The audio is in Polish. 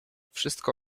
wszystko